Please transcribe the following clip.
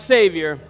Savior